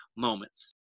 moments